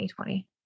2020